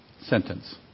sentence